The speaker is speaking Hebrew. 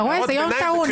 אתה רואה, זה יום טעון.